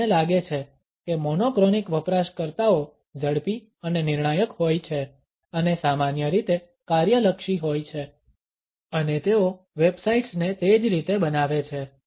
આપણને લાગે છે કે મોનોક્રોનિક વપરાશકર્તાઓ ઝડપી અને નિર્ણાયક હોય છે અને સામાન્ય રીતે કાર્ય લક્ષી હોય છે અને તેઓ વેબસાઇટ્સને તે જ રીતે બનાવે છે